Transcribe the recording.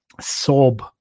sob